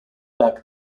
back